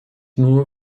nur